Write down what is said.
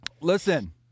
Listen